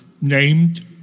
named